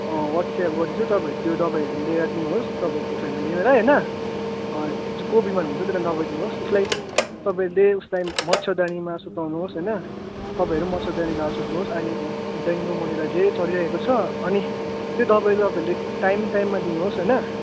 WhatsApp गरिदिन्छु तपाईँहरू त्यो दवाईहरू लिएर दिनुहोस् तपाईँहरूको फेमिलीलाई होइन को बिमार हुनुहुन्छ त्यसलाई दवाई दिनुहोस् उसलाई तपाईँहरूले उसलाई मच्छरदानीमा सुताउनुहोस् होइन तपाईँहरू पनि मच्छरदानी लाएर सुत्नुहोस् अहिले डेङ्गु मलेरिया धेरै चलिरहेको छ अनि त्यो दवाई तपाईँहरूले टाइम टाइममा दिनुहोस् होइन